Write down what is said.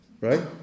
Right